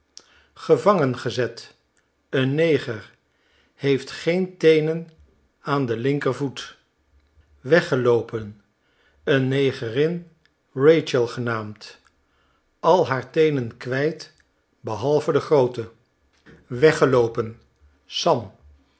gevangen gezet een neger heeft geen teenen aan den linkervoet weggeloopen een negerin rachel genaamd al haar teenen kwijt behalve de groote weggeloopen sam